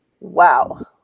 Wow